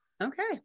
Okay